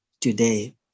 today